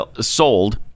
sold